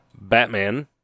Batman